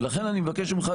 ולכן אני מבקש ממך,